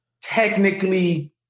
technically